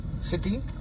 City